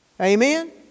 Amen